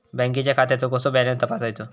बँकेच्या खात्याचो कसो बॅलन्स तपासायचो?